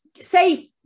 say